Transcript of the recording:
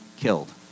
killed